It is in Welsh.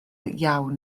iawn